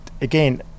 again